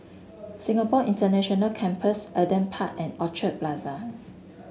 Singapore International Campus Adam Park and Orchard Plaza